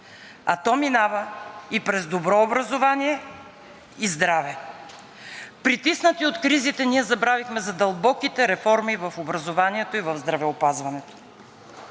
а то минава и през добро образование и здраве. Притиснати от кризите, ние забравихме за дълбоките реформи в образованието и в здравеопазването,